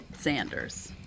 Sanders